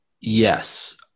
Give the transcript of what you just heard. yes